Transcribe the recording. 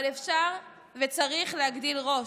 אבל אפשר וצריך להגדיל ראש.